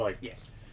Yes